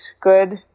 good